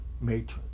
matrix